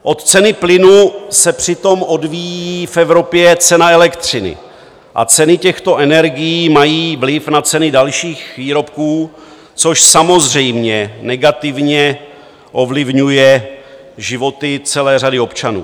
Od ceny plynu se přitom odvíjí v Evropě cena elektřiny a ceny těchto energií mají vliv na ceny dalších výrobků, což samozřejmě negativně ovlivňuje životy celé řady občanů.